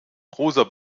großer